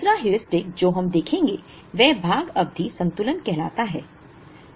दूसरा हेयुरिस्टिक जो हम देखेंगे वह भाग अवधि संतुलन कहलाता है